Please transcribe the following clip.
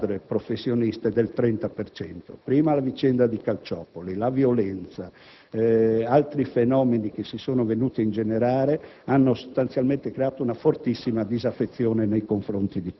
parlo soprattutto degli stadi dove giocano squadre professioniste - del 30 per cento: la vicenda di Calciopoli, la violenza, altri fenomeni che si sono venuti ad ingenerare